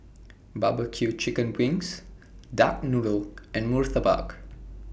Barbecue Chicken Wings Duck Noodle and Murtabak